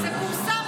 פורסם